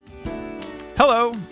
Hello